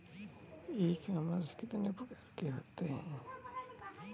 ई commerce कितने प्रकार के होते हैं?